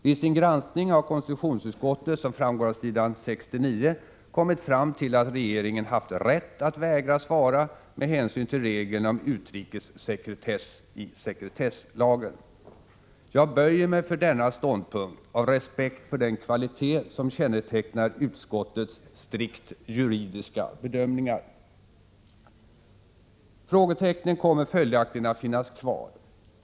Vid sin granskning har konstitutionsutskottet — som framgår av s. 69 — kommit fram till att regeringen haft rätt att vägra svara med hänsyn till regeln om utrikessekretess i sekretesslagen. Jag böjer mig för denna ståndpunkt av respekt för den kvalitet som kännetecknar utskottets strikt juridiska bedömningar. Frågetecknen kommer följaktligen att finnas kvar.